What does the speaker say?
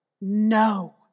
No